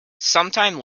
sometime